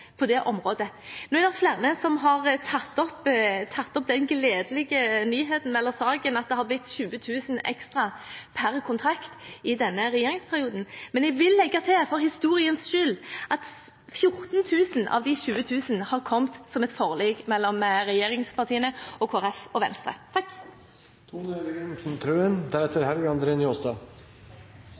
på det området. Nå er det flere som har tatt opp den gledelige nyheten om at det har blitt 20 000 kr ekstra per kontrakt i denne regjeringsperioden. Men jeg vil legge til, for historiens skyld, at 14 000 av de 20 000 har kommet som et forlik mellom regjeringspartiene og Kristelig Folkeparti og Venstre.